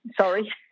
Sorry